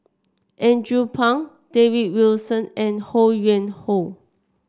Andrew Phang David Wilson and Ho Yuen Hoe